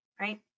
right